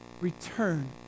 return